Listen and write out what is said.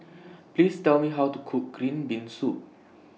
Please Tell Me How to Cook Green Bean Soup